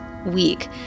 week